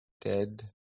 Dead